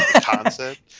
concept